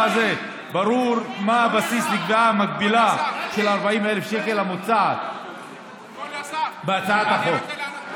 ברור מה הבסיס לקביעה המגבילה של 40,000 שקל המוצעת בהצעת החוק.